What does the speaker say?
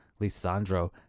Lisandro